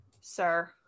sir